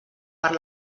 per